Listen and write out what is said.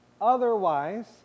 Otherwise